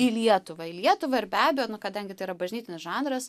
į lietuvą į lietuvą ir be abejo nu kadangi tai yra bažnytinis žanras